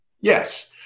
yes